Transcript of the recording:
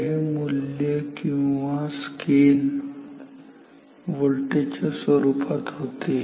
तर हे मूल्य किंवा स्केल व्होल्टेज च्या स्वरूपात होते